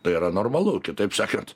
tai yra normalu kitaip sakant